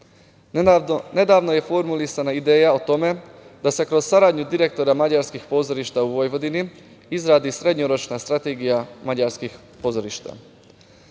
Nedavno je formulisana ideja o tome da se kroz saradnju direktora mađarskih pozorišta u Vojvodini izradi srednjoročna strategija mađarskih pozorišta.